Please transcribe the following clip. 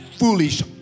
foolish